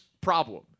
problem